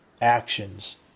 actions